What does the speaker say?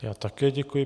Já také děkuji.